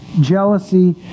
jealousy